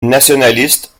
nationaliste